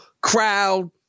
crowd